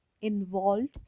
involved